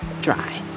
dry